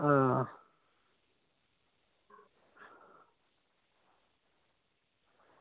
आं